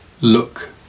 look